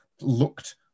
looked